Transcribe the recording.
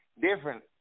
different